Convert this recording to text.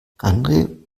andre